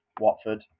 Watford